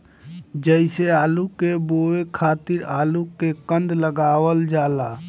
जइसे आलू के बोए खातिर आलू के कंद लगावल जाला